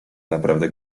naprawdę